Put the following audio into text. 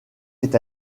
est